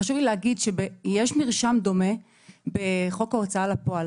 חשוב לי להגיד שיש מרשם דומה בחוק ההוצאה לפועל